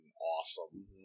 awesome